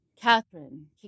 Catherine